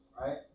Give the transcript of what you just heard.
right